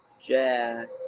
Jack